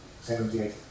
Seventy-eight